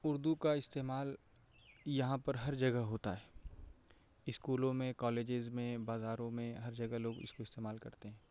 اردو کا استعمال یہاں پر ہر جگہ ہوتا ہے اسکولوں میں کالجز میں بازاروں میں ہر جگہ لوگ اس کو استعمال کرتے ہیں